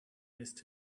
missed